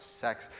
sex